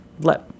let